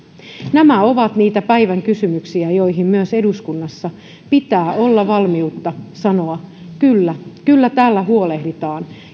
nämä ovat niitä päivän kysymyksiä joihin myös eduskunnassa pitää olla valmiutta sanoa että kyllä kyllä täällä huolehditaan